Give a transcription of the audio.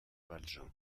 valjean